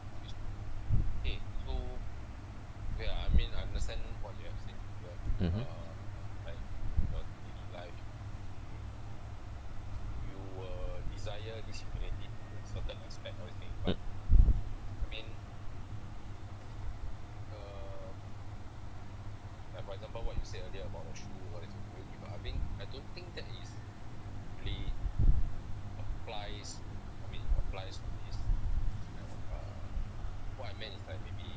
mmhmm mm